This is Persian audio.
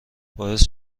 باعث